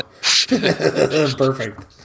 Perfect